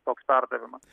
toks perdavimas